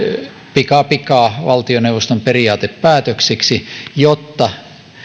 pikapikaa valtioneuvoston periaatepäätöksiksi jotta